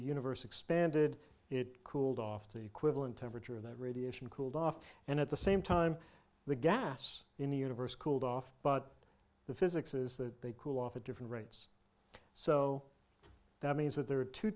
universe expanded it cooled off the equivalent temperature of that radiation cooled off and at the same time the gas in the universe cooled off but the physics is that they cooled off at different rates so that means that there are two